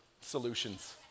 solutions